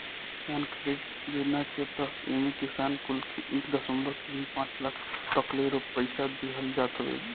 किसान क्रेडिट योजना के तहत एमे किसान कुल के एक दशमलव तीन पाँच लाख तकले पईसा देहल जात हवे